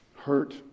Hurt